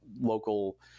local